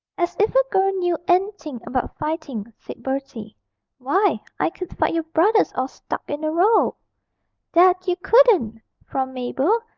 as if a girl knew anything about fighting said bertie why, i could fight your brothers all stuck in a row that you couldn't from mabel,